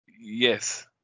Yes